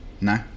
No